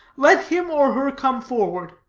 let him or her come forward.